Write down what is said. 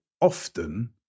often